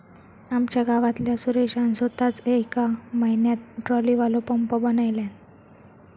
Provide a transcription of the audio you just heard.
आमच्या गावातल्या सुरेशान सोताच येका म्हयन्यात ट्रॉलीवालो पंप बनयल्यान